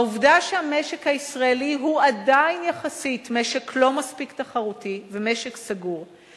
העובדה שהמשק הישראלי הוא עדיין יחסית משק לא מספיק תחרותי ומשק סגור,